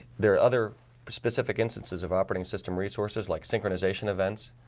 there are other specific instances of operating system resources like synchronization events,